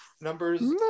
numbers